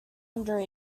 under